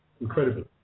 Incredibly